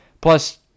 Plus